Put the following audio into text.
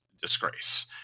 disgrace